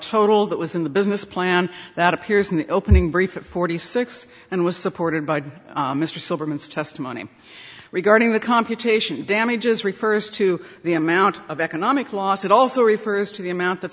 total that was in the business plan that appears in the opening brief forty six and was supported by mr silverman's testimony regarding the computation damages refers to the amount of economic loss it also refers to the amount that